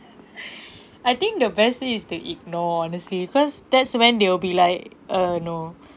I think the best way is to ignore honestly cause that's when they will be like uh no